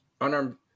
Unarmed